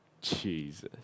Jesus